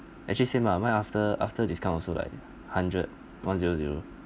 actually same lah mine after after discount also like hundred one zero zero